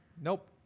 Nope